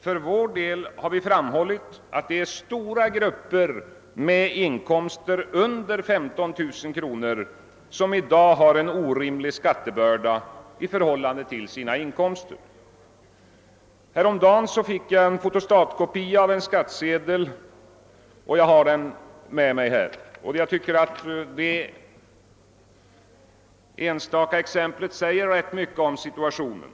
För vår del har vi framhållit att stora grupper med inkomster under 153 000 kronor i dag har en orimlig skattebörda i förhållande till sina inkomster. Häromdagen fick jag en fotostatkopia av en skattsedel och har den nu med mig. Jag tycker att detta enda exempel säger rätt mycket om situationen.